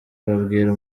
ababwira